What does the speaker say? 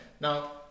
now